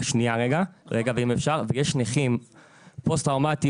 יש נכים פוסט טראומטיים,